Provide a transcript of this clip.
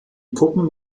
puppen